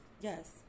Yes